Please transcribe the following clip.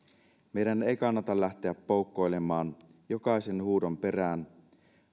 meidän ei kannata lähteä poukkoilemaan jokaisen huudon perään